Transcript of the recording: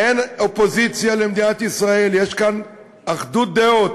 אין אופוזיציה למדינת ישראל, יש כאן אחדות דעות